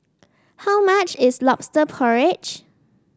how much is lobster porridge